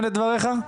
לדברייך?